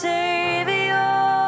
Savior